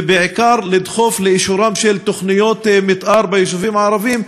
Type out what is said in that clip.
ובעיקר לדחוף לאישורן של תוכניות מתאר ביישובים הערביים,